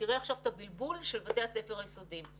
תראה עכשיו את הבלבול של בתי הספר היסודיים.